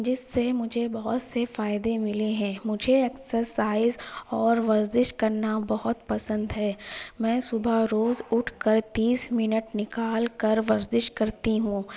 جس سے مجھے بہت سے فائدے ملے ہیں مجھے اکسرسائز اور ورزش کرنا بہت پسند ہے میں صبح روز اٹھ کر تیس منٹ نکال کر ورزش کرتی ہوں